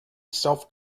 self